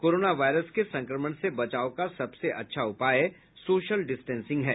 corona virus के संक्रमण से बचाव का सबसे अच्छा उपाय सोशल डिस्टेंसिंग है